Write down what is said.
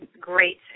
great